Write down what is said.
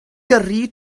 gyrru